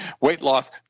Weight-loss